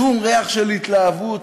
שום ריח של התלהבות,